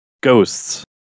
Ghosts